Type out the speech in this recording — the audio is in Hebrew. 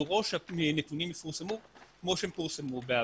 ולדרוש שהנתונים יפורסמו כמו שהם פורסמו בעבר.